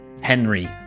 Henry